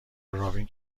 رابین